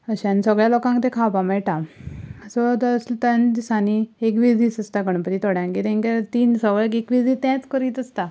अशें आनी सगळ्या लोकांक ते खावपाक मेळटा सो त्या दिसांनी एकवीस दीस आसता गणपती थोड्यांगेर तेंगेर तीं सगळे एकवीस दीस तेंच करीत आसता